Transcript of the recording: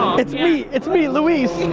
it's me! it's me, luis!